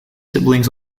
siblings